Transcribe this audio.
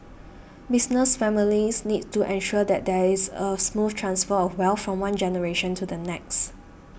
business families need to ensure that there is a smooth transfer of wealth from one generation to the next